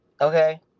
Okay